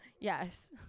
Yes